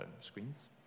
screens